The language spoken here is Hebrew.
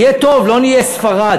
יהיה טוב, לא נהיה ספרד.